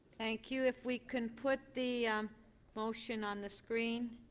thank you. if we can put the motion on the screen.